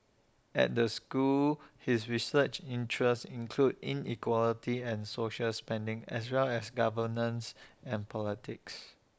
at the school his research interests include inequality and social spending as well as governance and politics